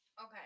okay